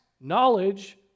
knowledge